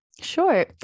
Sure